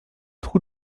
trous